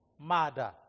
murder